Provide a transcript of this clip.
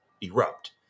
erupt